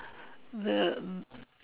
the